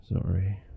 Sorry